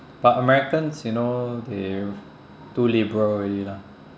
but americans you know they're too liberal already lah